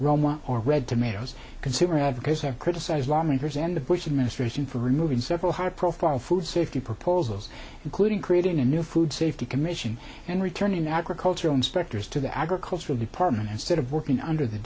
roma or red tomatoes consumer advocates have criticized lawmakers and the bush administration for removing several high profile food safety proposals including creating a new food safety commission and returning agricultural inspectors to the agricultural department instead of working under the